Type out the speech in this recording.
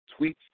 tweets